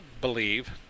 believe